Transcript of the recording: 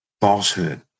falsehood